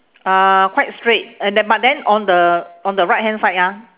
uh quite straight and the but then on the on the right hand side ah